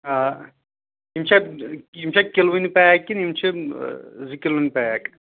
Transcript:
آ یِم چھا یِم چھا کِلوُنۍ پیک کِنہٕ یِم چھِ زٕ کِلوُنۍ پیک